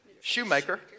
Shoemaker